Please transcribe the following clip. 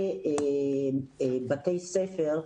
ובתי ספר,